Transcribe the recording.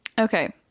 Okay